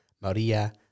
Maria